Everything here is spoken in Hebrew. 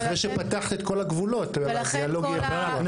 אחרי שפתחת את כל הגבולות הדיאלוג יהיה פתוח.